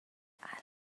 الان